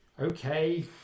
Okay